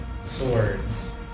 swords